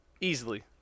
Easily